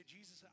Jesus